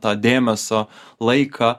tą dėmesio laiką